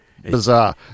Bizarre